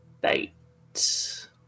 bait